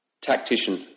Tactician